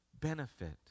benefit